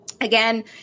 Again